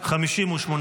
הוועדה, נתקבלו.